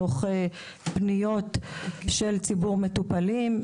מתוך פניות של ציבור מטופלים,